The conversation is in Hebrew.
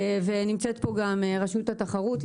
ונמצאת פה גם רשות התחרות,